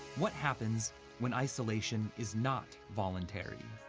what happens when isolation is not voluntary?